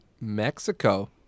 Mexico